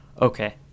Okay